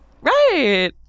Right